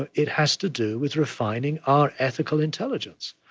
but it has to do with refining our ethical intelligence.